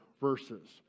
verses